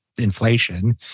inflation